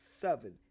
seven